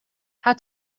how